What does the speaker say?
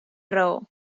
raó